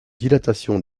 dilatation